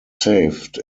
saved